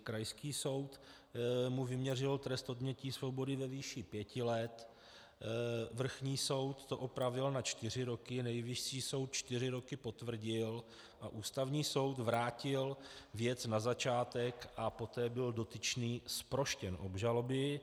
Krajský soud mu vyměřil trest odnětí svobody ve výši pět let, vrchní soud to opravil na čtyři roky, Nejvyšší čtyři roky potvrdil a Ústavní soud vrátil věc na začátek a poté byl dotyčný zproštěn obžaloby.